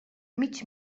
mig